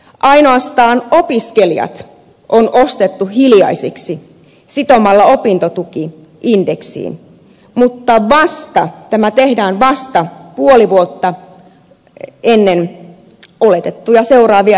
ainoastaan opiskelijat on ostettu hiljaisiksi sitomalla opintotuki indeksiin mutta tämä tehdään vasta puoli vuotta ennen oletettuja seuraavia eduskuntavaaleja